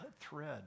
thread